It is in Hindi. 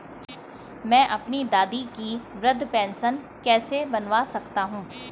मैं अपनी दादी की वृद्ध पेंशन कैसे बनवा सकता हूँ?